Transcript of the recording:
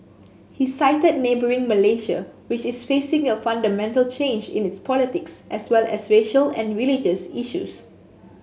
he cited neighbouring Malaysia which is facing a fundamental change in its politics as well as racial and religious issues